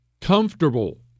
Comfortable